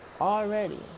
already